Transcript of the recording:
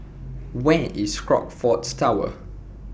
Where IS Crockfords Tower